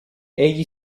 egli